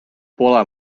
pole